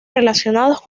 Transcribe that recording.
relacionados